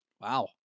Wow